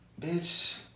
Bitch